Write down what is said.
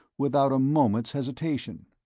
without a moment's hesitation.